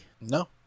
No